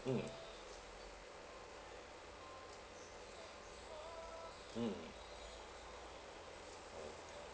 mm mm